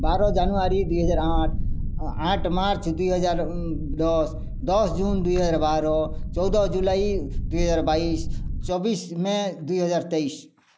ବାର ଜାନୁଆରୀ ଦୁଇହଜାର ଆଠ ଆଠ ମାର୍ଚ୍ଚ ଦୁଇହଜାର ଦଶ ଦଶ ଜୁନ ଦୁଇହଜାର ବାର ଚଉଦ ଜୁଲାଇ ଦୁଇହଜାର ବାଇଶ ଚବିଶ ମେ ଦୁଇହଜାର ତେଇଶ